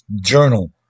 journal